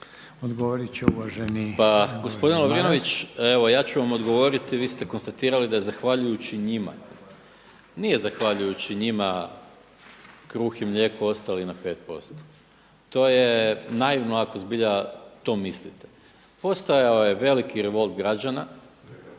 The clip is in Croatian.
Gordan (SDP)** Pa gospodine Lovrinović evo ja ću vam odgovoriti, vi ste konstatirali da zahvaljujući njima, nije zahvaljujući njima kruh i mlijeko ostali na 5%, to je naivno ako zbilja to mislite. Postojao je veliki revolt građana